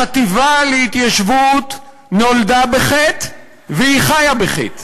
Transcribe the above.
החטיבה להתיישבות נולדה בחטא והיא חיה בחטא.